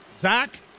Zach